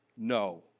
No